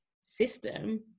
system